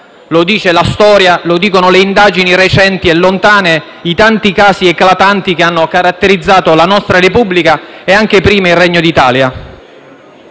lo dice la storia, lo dicono le indagini recenti e lontane, i tanti casi eclatanti che hanno caratterizzato la nostra Repubblica e, anche prima, il Regno d'Italia.